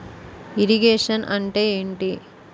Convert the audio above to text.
Irrigation అంటే ఏంటీ?